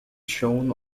shown